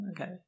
okay